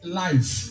life